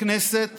בכנסת